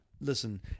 listen